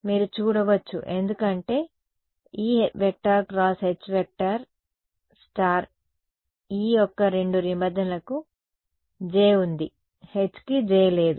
మీరు చూడవచ్చు ఎందుకంటే E H E యొక్క రెండు నిబంధనలకు j ఉంది H కి j లేదు